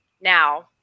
now